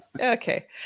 okay